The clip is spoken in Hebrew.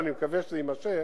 ואני מקווה שזה יימשך.